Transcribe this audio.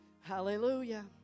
Hallelujah